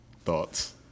Thoughts